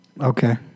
Okay